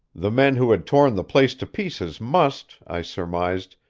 the men who had torn the place to pieces must, i surmised,